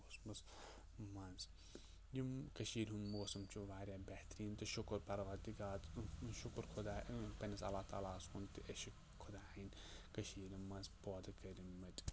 موسمَس منٛز یِیٚمہِ کٔشیٖر ہُنٛد موسم چھُ واریاہ بہتریٖن تہٕ شُکُر پَروردِگارَس شُکُر خۄداے ٲں پننِس اللہ تعالیٰ ہَس کُن تہِ أسۍ چھِ خۄداین کٔشیٖرِ منٛز پٲدٕ کٔرۍ مٕتۍ